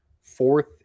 Fourth